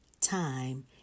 time